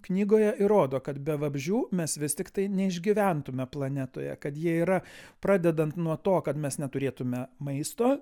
knygoje įrodo kad be vabzdžių mes vis tiktai neišgyventume planetoje kad jie yra pradedant nuo to kad mes neturėtume maisto